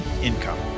Income